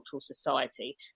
society